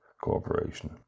Corporation